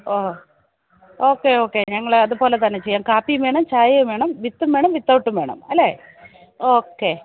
ഓ okay okay ഞങ്ങള്ള് അതുപോലെ തന്നെ ചെയ്യാം കാപ്പിയും വേണം ചായയും വേണം വിത്തും വേണം വിത്തൗട്ടും വേണം അല്ലേ ഓക്കെ